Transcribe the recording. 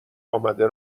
آمده